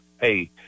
Hey